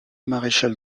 maréchal